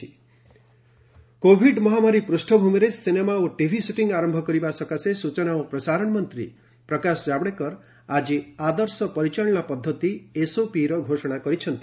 ପ୍ରକାଶ Javadekar shooting COVID ମହାମାରୀ ପୃଷ୍ଠଭୂମିରେ cinema ଓ ଟିଭି ସ୍ୱଟିଂ ଆରମ୍ଭ କରିବା ସକାଶେ ସୂଚନା ଓ ପ୍ରସାରଣ ମନ୍ତ୍ରୀ ପ୍ରକାଶ ଜାଭେଡକର ଆଜି ଆଦର୍ଶ ପରିଚାଳନା ପଦ୍ଧତି ଏସ୍ଓପିର ଘୋଷଣା କରିଛନ୍ତି